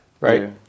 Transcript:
right